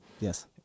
Yes